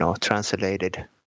translated